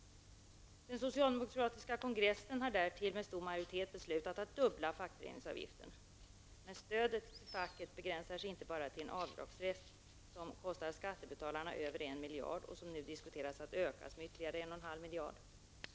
Den socialdemokratiska kongressen har dessutom med stor majoritet beslutat att fördubbla fackföreningsavgiften. Stödet till facket begränsar sig dock inte bara till en avdragsrätt som kostar skattebetalarna över 1 miljard och som man diskuterar att öka med ytterligare 1,5 miljard.